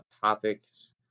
topics